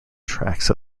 tracts